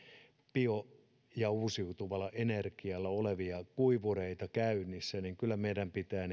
bio ja uusiutuvalla energialla olevia kuivureita käynnissä kyllä meidän pitää